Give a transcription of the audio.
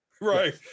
right